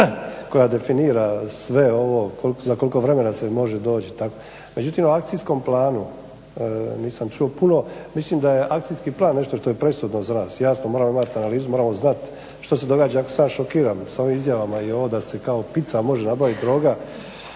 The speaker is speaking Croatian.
koja definira sve ovo za koliko vremena se može doći itd. Međutim, o akcijskom planu nisam čuo puno, mislim da je akcijski plan nešto što je presudno za nas. Jasno, moramo imati analizu, moramo znati što se događa iako sam ja šokiran sa ovim izjavama i ovo da se kao pizza može nabaviti droga,